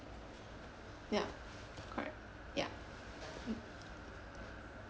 ya correct ya mm